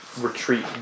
Retreat